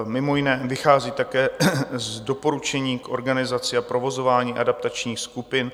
Mimo jiné vychází také z doporučení k organizaci a provozování adaptačních skupin.